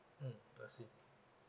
mm I see